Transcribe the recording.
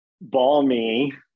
balmy